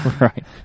Right